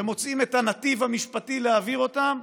ומוצאים את הנתיב המשפטי להעביר אותם.